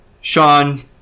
Sean